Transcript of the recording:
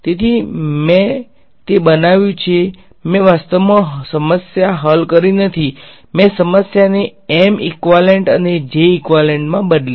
તેથી મેં તે બનાવ્યું છે મેં વાસ્તવમાં સમસ્યા હલ કરી નથી મેં સમસ્યાને M ઈકવાલેંટ અને J ઈકવાલેંટ મા બદલી છે